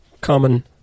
Common